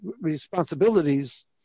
responsibilities